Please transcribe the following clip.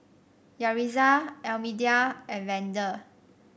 Yaritza Almedia and Vander